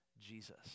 Jesus